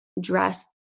dress